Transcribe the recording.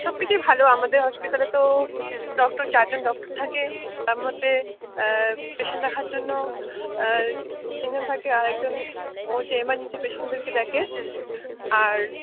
সব কিছুই ভালো আমাদের হসপিটালে তো ডক্টর চারজন ডক্টর থাকে তার মধ্যে পেশেন্ট দেখার জন্য তিনজন থাকে আর একজন ও হচ্ছে এমার্জেন্সি পেশেন্টদেরকে দেখে আর